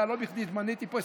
לא בכדי מניתי פה,